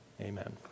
amen